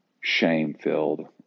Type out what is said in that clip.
shame-filled